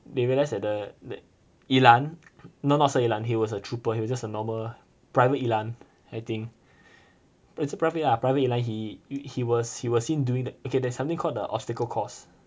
they realise that the the yi lan not not sir yi lan he was a trooper he was just a normal private yi lan I think private yi lan he he was he was seen during the okay there's something called the obstacle course